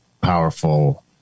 powerful